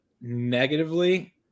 negatively